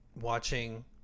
watching